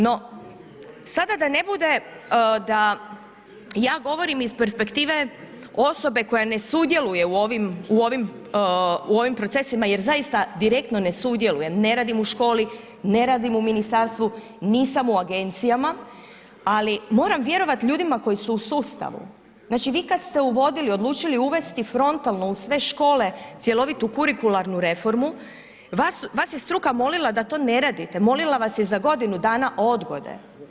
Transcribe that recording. No, sada da ne bude da ja govorim iz perspektive osobe koja ne sudjeluje u ovim, u ovim, u ovim procesima jer zaista direktno ne sudjelujem, ne radim u školi, ne radim u ministarstvu, nisam u agencijama, ali moram vjerovat ljudima koji su u sustavu, znači vi kad ste uvodili, odlučili uvesti frontalno u sve škole cjelovitu kurikularnu reformu, vas je struka molila da to ne radite, molila vas je za godinu dana odgode.